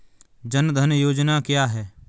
जनधन योजना क्या है?